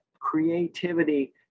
creativity